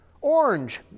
Orange